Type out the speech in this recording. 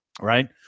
right